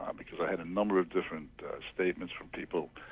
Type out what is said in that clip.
um because i had a number of different statements from people,